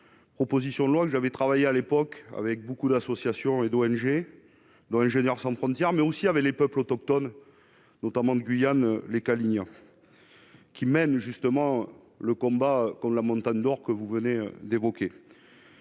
argentifère. J'y avais travaillé, à l'époque, avec beaucoup d'associations et d'ONG, dont Ingénieurs sans frontières, mais aussi avec les peuples autochtones, notamment avec les Kali'nas de Guyane, qui mènent le combat contre la Montagne d'or, que vous venez d'évoquer,